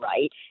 right